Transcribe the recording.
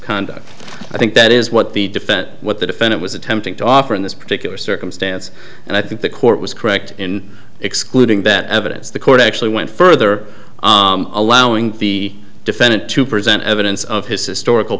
conduct i think that is what the defense what the defendant was attempting to offer in this particular circumstance and i think the court was correct in excluding that evidence the court actually went further allowing the defendant to present evidence of his historical